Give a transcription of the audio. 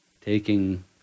taking